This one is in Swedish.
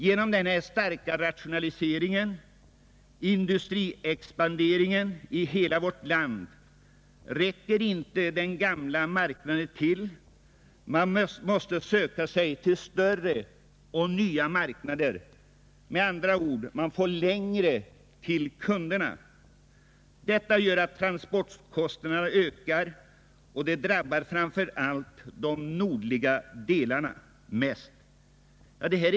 Den starka industriella rationaliseringsverksamheten och expansionen i hela vårt land för med sig att de gamla marknaderna inte längre är tillräckliga. Man måste söka sig till nya och större marknader, vilket innebär att man får längre avstånd till kunderna. Transportkostnaderna ökar, och detta drabbar framför allt de nordliga delarna av landet.